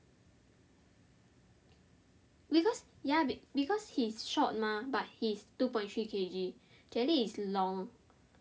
because ya because he is short mah but he is two point three K_G jelly is long